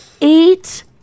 eight